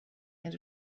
and